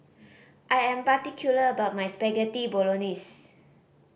I am particular about my Spaghetti Bolognese